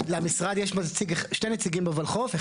למשרד יש שני נציגים בולחו"ף.